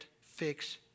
fix